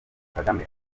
kagame